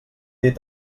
dit